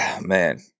man